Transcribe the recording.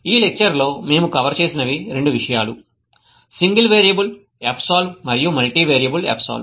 ఈ లెక్చర్ లో మేము కవర్ చేసినవి 2 విషయాలు సింగిల్ వేరియబుల్ fsolve మరియు మల్టీవియరబుల్ fsolve